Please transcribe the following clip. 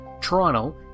Toronto